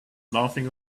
laughing